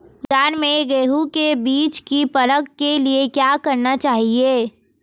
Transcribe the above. बाज़ार में गेहूँ के बीज की परख के लिए क्या करना चाहिए?